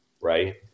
right